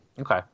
Okay